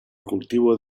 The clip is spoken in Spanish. cultivo